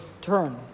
turn